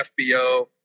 FBO